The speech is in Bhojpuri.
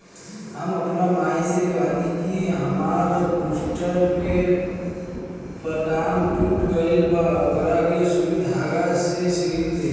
हम आपन माई से कहनी कि हामार बूस्टर के बटाम टूट गइल बा ओकरा के सुई धागा से सिल दे